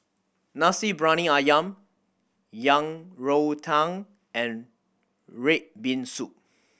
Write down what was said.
Nasi Briyani Ayam Yang Rou Tang and red bean soup